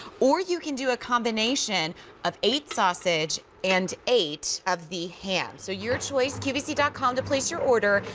or you can do a combination of eight sausage and eight of the ham. so your choice, qvc dot com to place your order.